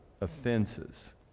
offenses